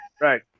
right